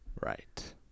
Right